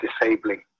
disabling